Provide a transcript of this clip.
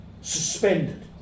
suspended